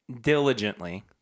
diligently